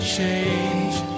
change